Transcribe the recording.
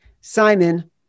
Simon